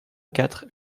quatre